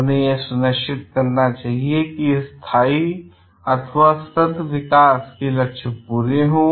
उन्हें यह सुनिश्चित करना चाहिए कि स्थायी अथवा सतत विकास के लक्ष्य पूरे हों